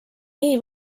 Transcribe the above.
nii